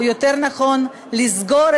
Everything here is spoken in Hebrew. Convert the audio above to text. או יותר נכון לסגור,